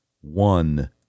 one